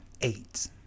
Eight